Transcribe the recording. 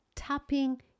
tapping